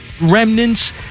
remnants